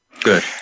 Good